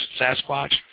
Sasquatch